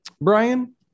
brian